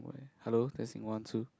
hello testing one two